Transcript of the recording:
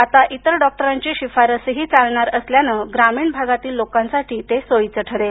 आता इतर डॉक्टरांची शिफारसही चालणार असल्यानं ग्रामीण भागातील लोकांसाठी ते सोयीचं ठरेल